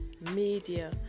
media